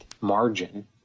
margin